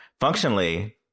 Functionally